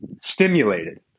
stimulated